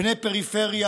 בני פריפריה,